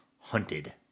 Hunted